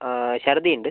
ആ ഛർദ്ദി ഉണ്ട്